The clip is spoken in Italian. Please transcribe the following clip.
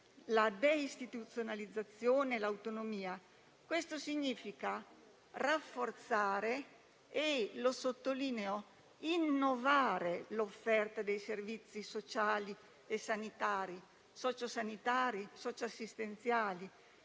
la deistituzionalizzazione e l'autonomia, questo significa rafforzare e - sottolineo - innovare l'offerta dei servizi sociali e sanitari, socio-sanitari e socio-assistenziali;